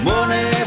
Money